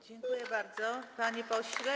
Dziękuję bardzo, panie pośle.